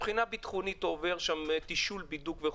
מבחינה ביטחונית הוא עובר תשאול ובידוק.